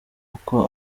uko